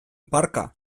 barka